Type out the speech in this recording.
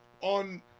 on